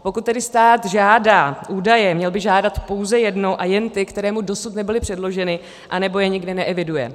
Pokud tedy stát žádá údaje, měl by žádat pouze jednou a jen ty, které mu dosud nebyly předloženy anebo je nikde neeviduje.